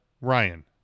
Ryan